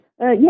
Yes